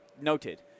noted